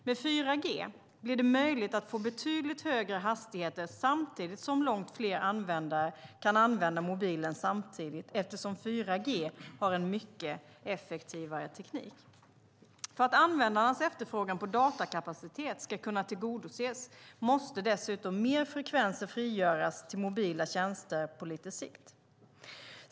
Med 4G blir det möjligt att få betydligt högre hastigheter samtidigt som långt fler användare kan använda mobilen på samma gång, eftersom 4G har en mycket effektivare teknik. För att användarnas efterfrågan på datakapacitet ska kunna tillgodoses måste dessutom mer frekvenser frigöras till mobila tjänster på lite sikt.